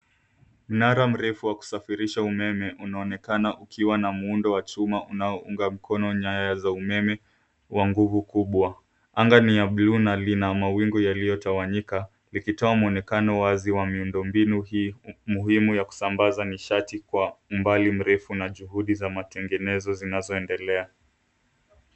Mnara mrefu wa kusafirisha umeme unaonekana ukiwa na muundo wa chuma unaounga mkono nyaya za umeme wa nguvu kubwa. Anga ni ya buluu na lina mawingu yaliyotawanyika, likitoa mwonekano wazi wa miundo mbinu hii muhimu ya kusambaza nishati kwa umbali mrefu na juhudi za matengenezo zinazoendelea.